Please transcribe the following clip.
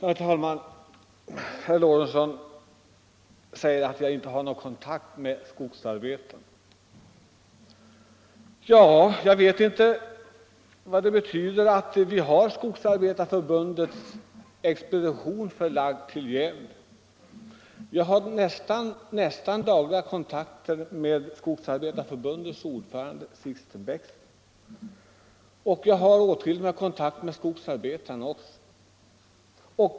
Herr talman! Herr Lorentzon påstår att jag inte har någon kontakt med skogsarbetarna. Ja, jag vet i så fall inte vad det kan betyda att vi har Skogsarbetareförbundets expedition förlagd till Gävle. Jag har där åtskilliga kontakter med Skogsarbetareförbundets ordförande Sixten Bäckström och åtskilliga kontakter med skogsarbetarna.